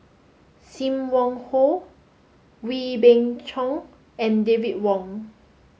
Sim Wong Hoo Wee Beng Chong and David Wong